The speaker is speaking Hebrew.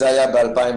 זה היה ב-2018.